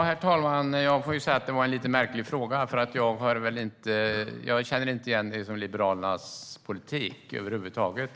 Herr talman! Jag måste säga att det är en lite märklig fråga. Jag känner inte igen det som något från Liberalernas politik över huvud taget.